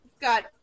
got